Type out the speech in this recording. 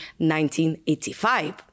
1985